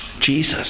Jesus